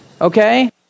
okay